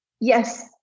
Yes